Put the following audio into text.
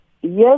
Yes